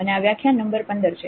અને આ વ્યાખ્યાન નંબર 15 છે